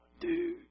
dude